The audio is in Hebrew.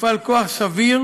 הופעל כוח סביר,